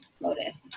Lotus